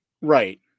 right